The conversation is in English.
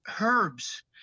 herbs